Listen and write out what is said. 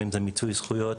אם זה מיצוי זכויות,